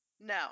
No